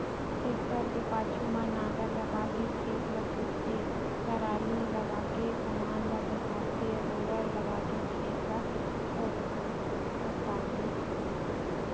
tractor के पाछू म नांगर लगाके खेत ल जोतथे, टराली लगाके समान ल डोहारथे रोलर लगाके खेत ल कोपराथे